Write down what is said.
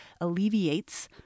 alleviates